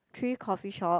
three coffee shop